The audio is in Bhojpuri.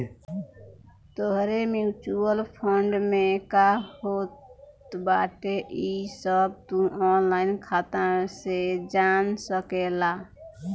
तोहरे म्यूच्यूअल फंड में का होत बाटे इ सब तू ऑनलाइन खाता से जान सकेला